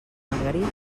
margarida